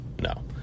No